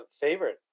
favorite